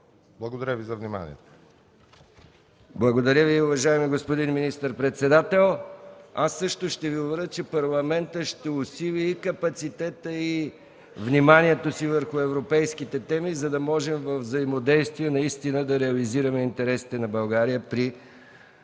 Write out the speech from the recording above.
Благодаря Ви за вниманието.